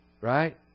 Right